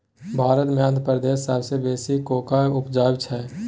भारत मे आंध्र प्रदेश सबसँ बेसी कोकोआ उपजाबै छै